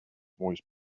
voice